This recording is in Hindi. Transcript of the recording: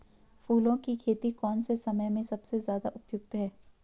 फूलों की खेती कौन से समय में सबसे ज़्यादा उपयुक्त है?